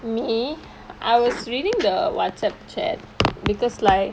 me I was reading the WhatsApp chat because like